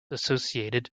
associated